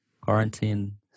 quarantine